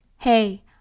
Hey